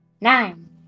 Nine